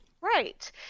Right